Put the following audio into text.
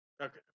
Okay